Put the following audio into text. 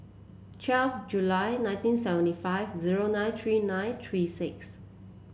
twelve July nineteen seventy five zero nine three nine three six